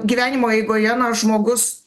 gyvenimo eigoje na žmogus